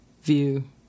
view